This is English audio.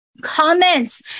comments